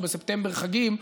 או בספטמבר-חגים,